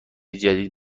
جدید